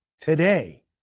Today